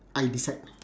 I decide